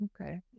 Okay